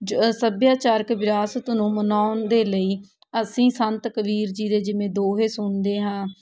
ਜ ਸੱਭਿਆਚਾਰਕ ਵਿਰਾਸਤ ਨੂੰ ਮਨਾਉਣ ਦੇ ਲਈ ਅਸੀਂ ਸੰਤ ਕਬੀਰ ਜੀ ਦੇ ਜਿਵੇਂ ਦੋਹੇ ਸੁਣਦੇ ਹਾਂ